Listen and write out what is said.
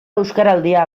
euskaraldia